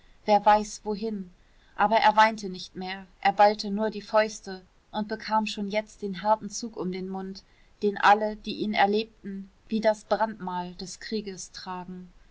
wer weiß wohin aber er weinte nicht mehr er ballte nur die fäuste und bekam schon jetzt den harten zug um den mund den alle die ihn erlebten wie das brandmal des krieges tragen